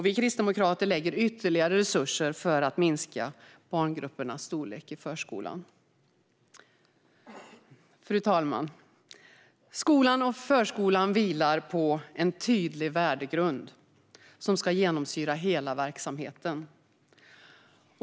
Vi kristdemokrater vill lägga ytterligare resurser på att minska storleken på barngrupperna i förskolan. Fru talman! Skolan och förskolan vilar på en tydlig värdegrund som ska genomsyra hela verksamheten.